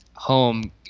home